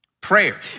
Prayer